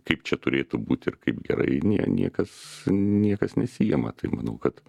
kaip čia turėtų būt ir kaip gerai niekas niekas nesiima tai manau kad